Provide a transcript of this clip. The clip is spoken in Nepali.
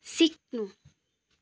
सिक्नु